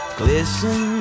glisten